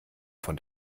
von